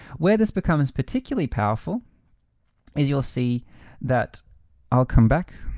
where this becomes particular powerful is you'll see that i'll come back.